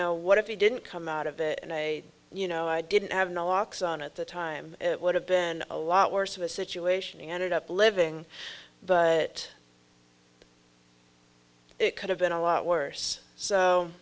know what if you didn't come out of it and i you know i didn't have the locks on at the time it would have been a lot worse of a situation he ended up living but it could have been a lot worse so